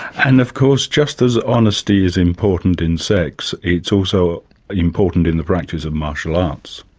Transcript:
and of course, just as honesty is important in sex, it's also important in the practice of martial arts.